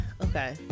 Okay